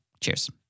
Cheers